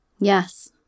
Yes